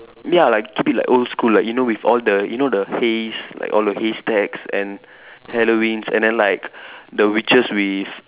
ya like keep it like old school like you know with all the you know the hays like all the hay stacks and Halloweens and then like the witches with